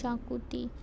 शाकुती